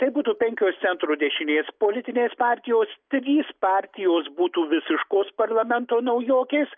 tai būtų penkios centro dešinės politinės partijos trys partijos būtų visiškos parlamento naujokės